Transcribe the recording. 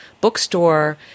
bookstore